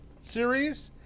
series